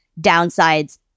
downsides